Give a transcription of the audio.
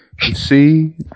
See